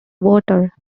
water